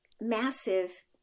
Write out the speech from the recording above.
massive